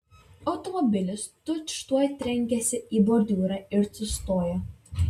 automobilis tučtuoj trenkėsi į bordiūrą ir sustojo